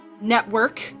Network